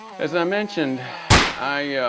as i mentioned i